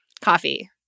Coffee